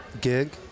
Gig